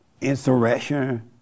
insurrection